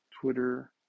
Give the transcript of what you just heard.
Twitter